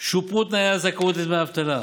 שופרו תנאי הזכאות לדמי אבטלה,